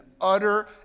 utter